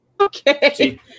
Okay